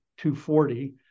240